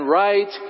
right